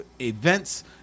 events